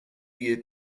year